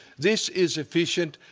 this is efficient,